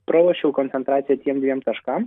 pralošiau koncentraciją tiem dviem taškam